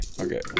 Okay